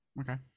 Okay